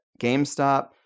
GameStop